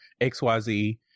XYZ